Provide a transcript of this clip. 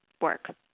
work